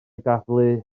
daflu